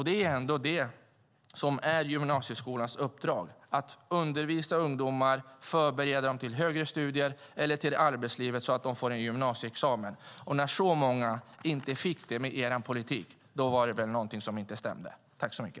Det är ändå det som är gymnasieskolans uppdrag, att undervisa ungdomar och förbereda dem för högre studier eller för arbetslivet så att de får en gymnasieexamen. När så många inte fick det med er politik var det väl någonting som inte stämde.